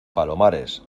palomares